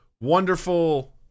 wonderful